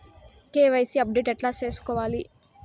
KYC update ఎట్లా సేసుకోవాలి?